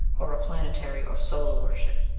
or a planetary or solar worship.